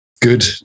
good